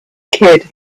kid